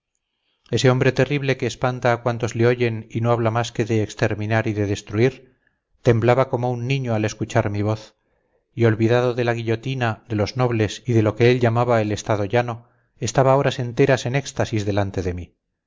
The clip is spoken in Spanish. ese hombre terrible que espanta a cuantos le oyen y no habla más que de exterminar y de destruir temblaba como un niño al escuchar mi voz y olvidado de la guillotina de los nobles y de lo que él llamaba el estado llano estaba horas enteras en éxtasis delante de mí